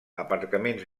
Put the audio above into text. aparcaments